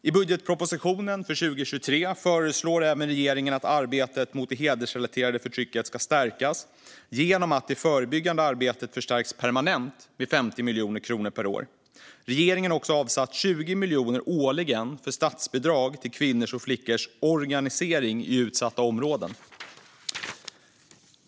I budgetpropositionen för 2023 föreslår regeringen även att arbetet mot det hedersrelaterade förtrycket ska stärkas genom att det förebyggande arbetet förstärks permanent med 50 miljoner kronor per år. Regeringen har också avsatt 20 miljoner årligen för statsbidrag till kvinnors och flickors organisering i utsatta områden.